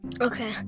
Okay